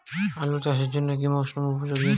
আলু চাষের জন্য কি মরসুম উপযোগী?